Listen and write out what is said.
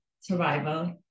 survival